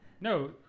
No